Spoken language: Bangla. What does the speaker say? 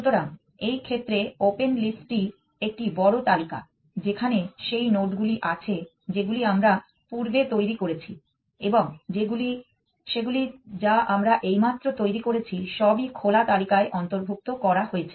সুতরাং এই ক্ষেত্রে ওপেন লিস্টটি একটি বড় তালিকা যেখানে সেই নোডগুলি আছে যেগুলি আমরা পূর্বে তৈরি করেছি এবং সেগুলি যা আমরা এইমাত্র তৈরি করেছি সবই খোলা তালিকায় অন্তর্ভুক্ত করা হয়েছে